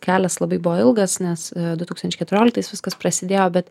kelias labai buvo ilgas nes du tūkstančiai keturioliktais viskas prasidėjo bet